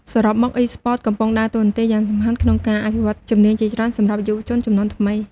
សរុបមក Esports កំពុងដើរតួនាទីយ៉ាងសំខាន់ក្នុងការអភិវឌ្ឍជំនាញជាច្រើនសម្រាប់យុវជនជំនាន់ថ្មី។